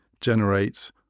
generates